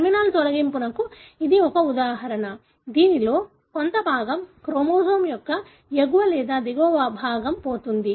terminal తొలగింపుకు ఇది ఒక ఉదాహరణ దీనిలో కొంత భాగం క్రోమోజోమ్ యొక్క ఎగువ లేదా దిగువ భాగం పోతుంది